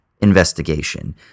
investigation